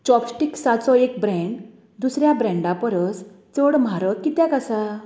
चॉपस्टीक्सांचो एक ब्रँड दुसऱ्या ब्रँडा परस चड म्हारग कित्याक आसा